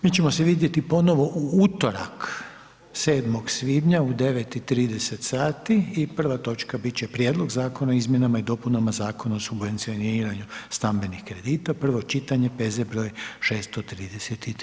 Mi ćemo se vidjeti ponovo u utorak, 7. svibnja u 9,30 sati i prva točka bit će Prijedlog zakona o izmjenama i dopunama Zakona o subvencioniranju stambenih kredita, prvo čitanje, P.Z. br. 633.